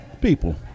People